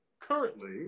currently